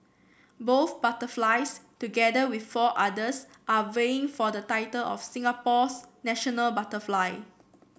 both butterflies together with four others are vying for the title of Singapore's national butterfly